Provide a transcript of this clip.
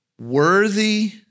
Worthy